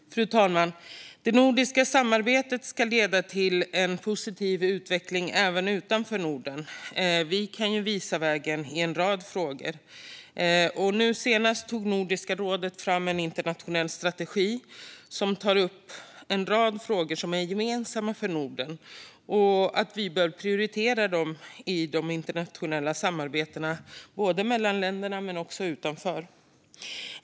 Fru talman! Det nordiska samarbetet ska leda till en positiv utveckling även utanför Norden. Vi kan visa vägen i en rad frågor. Nu senast tog Nordiska rådet fram en internationell strategi som tar upp en rad frågor som är gemensamma för Norden. Vi bör prioritera dem i de internationella samarbetena, både mellan länderna och utanför.